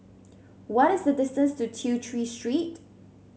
what is the distance to Tew Chew Street